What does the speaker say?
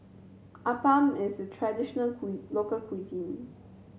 appam is a traditional local cuisine